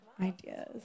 ideas